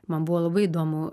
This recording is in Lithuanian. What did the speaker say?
man buvo labai įdomu